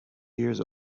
years